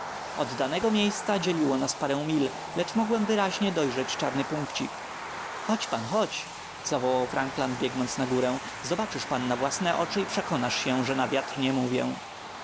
danego miejsca dzieliło nas kilka mil lecz mogłem wyraźnie dojrzeć czarny punkcik chodź pan chodź zawołał frankland biegnąc na górę zobaczysz pan na własne oczy i przekonasz się że na wiatr nie mówię